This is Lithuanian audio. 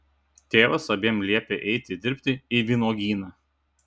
tėvas abiem liepia eiti dirbti į vynuogyną